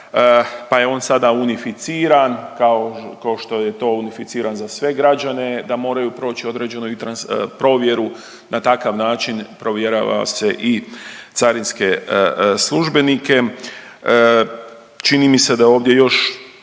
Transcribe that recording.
pa je on sada unificiran kao ko što je to unificiran za sve građane da moraju proći određenu i trans… provjeru na takav način provjerava se i carinske službenike. Čini mi se da ovdje još,